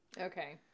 Okay